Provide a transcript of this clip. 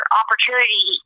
opportunity